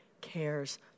cares